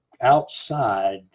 Outside